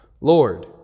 Lord